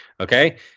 Okay